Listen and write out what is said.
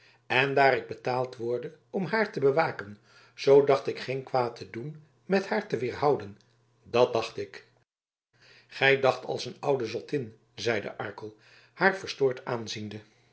en daar ik betaald worde om haar te bewaken zoo dacht ik geen kwaad te doen met haar te wederhouden dat dacht ik gij dacht als een oude zottin zeide arkel haar verstoord aanziende